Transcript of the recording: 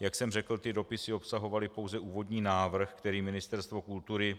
jak jsem řekl, dopisy obsahovaly pouze úvodní návrh, který Ministerstvo kultury